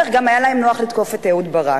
ועל הדרך גם היה להם נוח לתקוף את אהוד ברק.